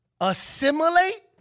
Assimilate